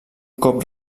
cop